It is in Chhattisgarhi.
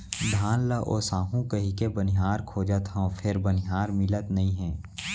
धान ल ओसाहू कहिके बनिहार खोजत हँव फेर बनिहार मिलत नइ हे